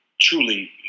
truly